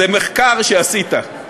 זה מחקר שעשית.